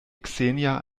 xenia